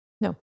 no